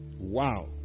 wow